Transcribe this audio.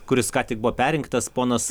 kuris ką tik buvo perrinktas ponas